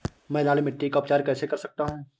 मैं लाल मिट्टी का उपचार कैसे कर सकता हूँ?